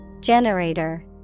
Generator